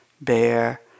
bear